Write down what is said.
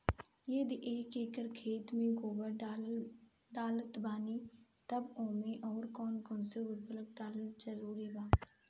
यदि एक एकर खेत मे गोबर डालत बानी तब ओमे आउर् कौन कौन उर्वरक डालल जरूरी बा?